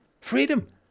freedom